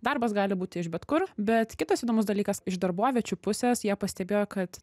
darbas gali būti iš bet kur bet kitas įdomus dalykas iš darboviečių pusės jie pastebėjo kad